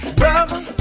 brother